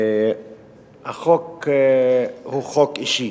החוק הוא חוק אישי,